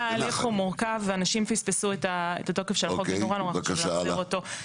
מורכב ואנשים פספסו את התוקף של החוק ונורא נורא חשוב להבהיר אותו.